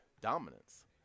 dominance